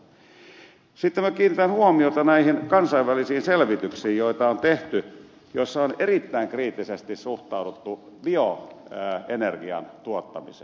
sitten minä kiinnitän huomiota näihin kansainvälisiin selvityksiin joita on tehty ja joissa on erittäin kriittisesti suhtauduttu bioenergian tuottamiseen